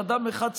של אדם אחד,